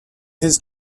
his